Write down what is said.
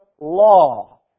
law